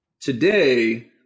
Today